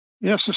Yes